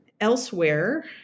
Elsewhere